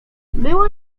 było